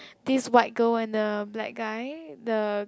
this white girl and the black guy the